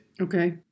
Okay